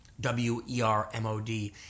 W-E-R-M-O-D